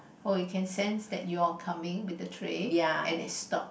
oh it can sense that you're coming with the tray and it stop